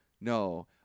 No